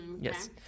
yes